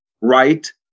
Right